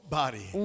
body